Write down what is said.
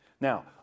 Now